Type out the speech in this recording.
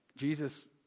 Jesus